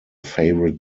favorite